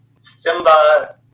Simba